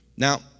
Now